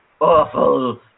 awful